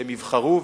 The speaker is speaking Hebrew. שהם יבחרו,